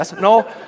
No